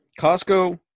Costco